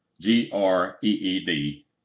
G-R-E-E-D